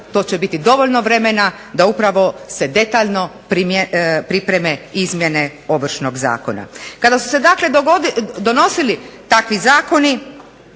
to će biti dovoljno vremena da upravo se detaljno pripreme izmjene Ovršnog zakona. Kada su se donosili takvi Zakoni